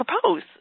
propose